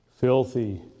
filthy